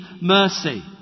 mercy